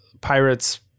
Pirate's